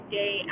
day